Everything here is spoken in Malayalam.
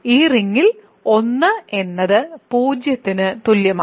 ഈ റിംഗിൽ 1 എന്നത് 0 ന് തുല്യമാണ്